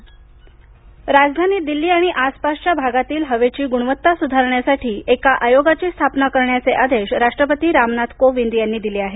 दिल्ली राष्ट्रपती राजधानी दिल्ली आणि आसपासच्या भागातील हवेची गुणवत्ता सुधारण्यासाठी एका आयोगाची स्थापना करण्याचे आदेश राष्ट्रपती रामनाथ कोविंद यांनी दिले आहेत